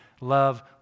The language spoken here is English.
love